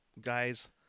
guys